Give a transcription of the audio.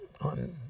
on